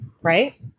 right